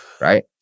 right